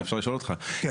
לא יודע